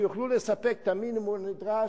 שיוכלו לספק את המינימום הנדרש,